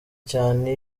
cyane